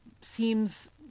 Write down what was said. seems